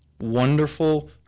Wonderful